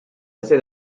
assez